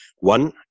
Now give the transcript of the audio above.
One